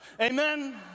Amen